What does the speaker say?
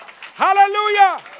Hallelujah